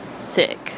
thick